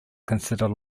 considered